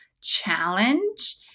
Challenge